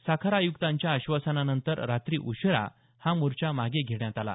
साखर आयुक्तांच्या आश्वासनानंतर रात्री उशीरा हा मोर्चा मागे घेण्यात आला